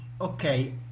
Okay